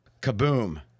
Kaboom